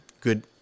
good